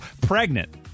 Pregnant